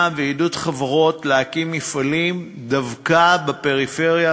ובעידוד חברות להקים מפעלים דווקא בפריפריה,